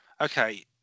Okay